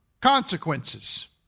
consequences